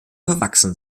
verwachsen